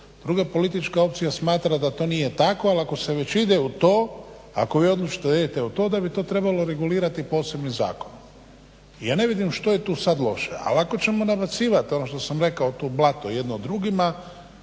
druga politička opcija smatra da to nije tako, ali ako se već ide u to, ako vi odlučite da idete u to da bi to trebalo regulirati posebnim zakonom. Ja ne vidim što je tu sad loše, ali ako ćemo nabacivat ono što sam rekao tu blato jedno drugima,